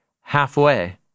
halfway